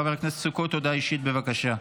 חבר הכנסת סוכות, הודעה אישית, בבקשה.